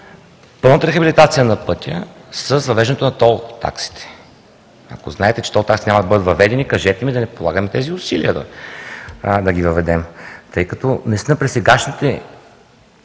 пълната рехабилитация на пътя с въвеждането на тол таксите. Ако знаете, че тол таксите няма да бъдат въведени, кажете ми, да не полагаме тези усилия да ги въведем, тъй като наистина при сегашния